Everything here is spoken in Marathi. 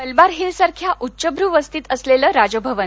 मलबार हिल सारख्या उच्चभू वस्तीत असलेलं राजभवन